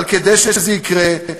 אבל כדי שזה יקרה,